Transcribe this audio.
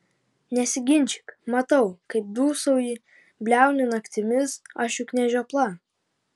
nesiginčyk matau kaip dūsauji bliauni naktimis aš juk ne žiopla